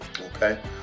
Okay